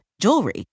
jewelry